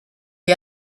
die